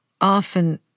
often